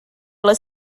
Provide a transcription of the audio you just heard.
les